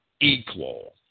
equal